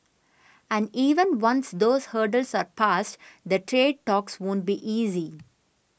and even once those hurdles are pass the trade talks won't be easy